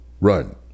run